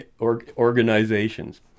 organizations